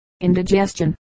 indigestion